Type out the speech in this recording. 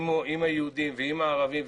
עם היהודים ועם הערבים,